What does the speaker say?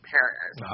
Paris